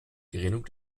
gerinnung